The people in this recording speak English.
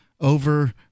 over